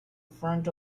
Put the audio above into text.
front